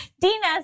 Dina